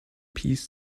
peace